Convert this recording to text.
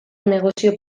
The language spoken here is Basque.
negozio